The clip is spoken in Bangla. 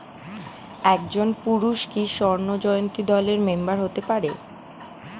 একজন পুরুষ কি স্বর্ণ জয়ন্তী দলের মেম্বার হতে পারে?